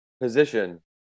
position